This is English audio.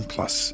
Plus